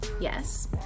yes